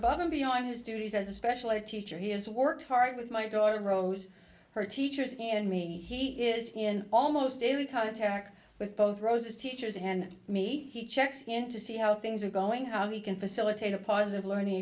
above and beyond his duties as a special ed teacher he has worked hard with my daughter grows her teachers and he is in almost daily contact with both rosa's teachers and me he checks in to see how things are going how we can facilitate a positive learning